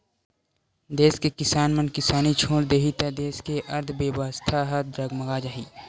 देस के किसान मन किसानी छोड़ देही त देस के अर्थबेवस्था ह डगमगा जाही